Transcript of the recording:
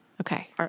Okay